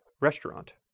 restaurant